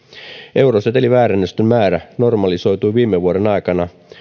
euroseteliväärennösten määrä normalisoitui viime vuoden aikana